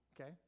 Okay